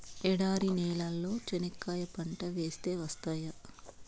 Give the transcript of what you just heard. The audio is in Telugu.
ఎడారి నేలలో చెనక్కాయ పంట వేస్తే వస్తాయా?